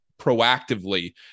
proactively